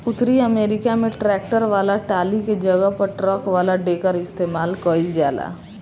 उतरी अमेरिका में ट्रैक्टर वाला टाली के जगह पर ट्रक वाला डेकर इस्तेमाल कईल जाला